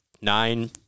nine